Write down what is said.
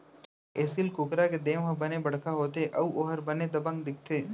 एसील कुकरा के देंव ह बने बड़का होथे अउ ओहर बने दबंग दिखथे